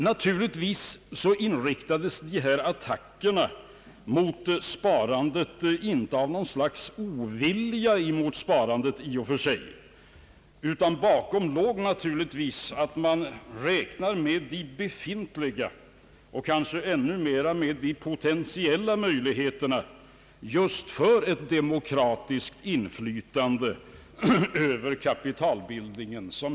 Naturligtvis inriktades dessa attacker mot sparandet inte på grund av något slags ovilja mot sparandet i och för sig utan därför att man räknade med de befintliga och kanske ännu mer med de tänkbara möjligheterna att få ett demokratiskt inflytande över kapitalbildningen.